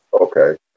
Okay